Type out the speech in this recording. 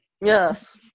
Yes